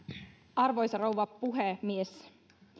arvoisa rouva puhemies